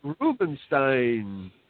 Rubenstein